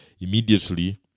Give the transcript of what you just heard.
immediately